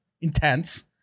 intense